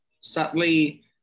sadly